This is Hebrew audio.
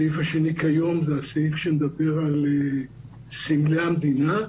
הסעיף השני כיום זה הסעיף שמדבר על סמלי המדינה,